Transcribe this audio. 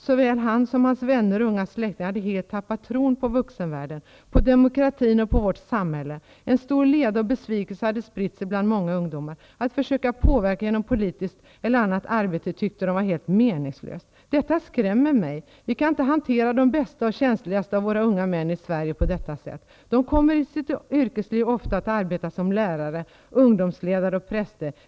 Såväl han som hans vänner och unga släktingar hade helt tappat tron på vuxenvärlden, på demokratin och på vårt samhälle. En stor leda och besvikelse hade spritt sig bland många ungdomar. Att försöka påverka genom politiskt eller annat arbete tyckte de var helt meningslöst. Detta skrämmer mig. Vi kan inte hantera de bästa och känsligaste av våra unga män i Sverige på detta sätt. De kommer i sitt yrkesliv ofta att arbeta som lärare, ungdomsledare eller präster.